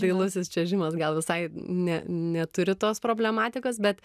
dailusis čiuožimas gal visai ne neturi tos problematikos bet